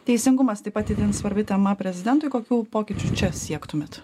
teisingumas taip pat itin svarbi tema prezidentui kokių pokyčių čia siektumėt